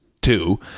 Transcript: two